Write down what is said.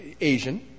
Asian